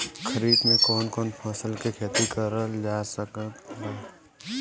खरीफ मे कौन कौन फसल के खेती करल जा सकत बा?